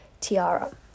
Tiara